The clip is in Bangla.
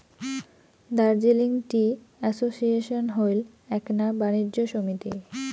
দার্জিলিং টি অ্যাসোসিয়েশন হইল এ্যাকনা বাণিজ্য সমিতি